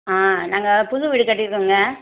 ஆ நாங்கள் புது வீடு கட்டியிருக்கோங்க